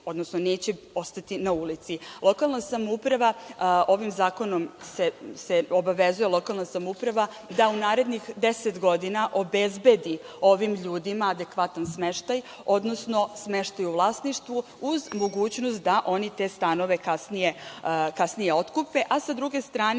stanovima, neće ostati na ulici. Lokalna samouprava ovim zakonom se obavezuje da u narednih 10 godina obezbedi ovim ljudima adekvatan smeštaj, odnosno smeštaj u vlasništvu, uz mogućnost da oni te stanove kasnije otkupe, a sa druge strane,